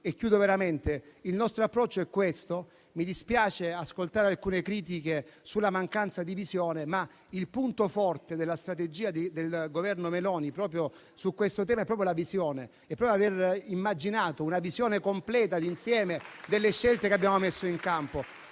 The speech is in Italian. il nostro approccio è questo. Mi dispiace ascoltare alcune critiche sulla mancanza di visione, ma il punto forte della strategia del Governo Meloni su questo tema è proprio la visione, è proprio aver immaginato una visione completa, d'insieme delle scelte che abbiamo messo in campo